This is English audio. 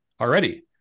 already